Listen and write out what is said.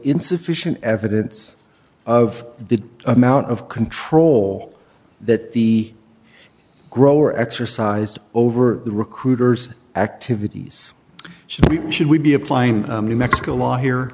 insufficient evidence of the amount of control that the grower exercised over the recruiter's activities she should we be applying new mexico law here